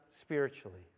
spiritually